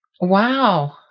Wow